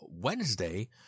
Wednesday